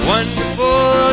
Wonderful